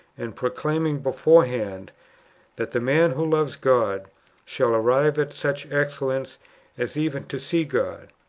and proclaiming beforehand that the man who loves god shall arrive at such excellency as even to see god,